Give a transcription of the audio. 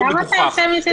יעקב, למה אתה עושה מזה צחוק?